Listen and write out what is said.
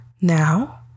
Now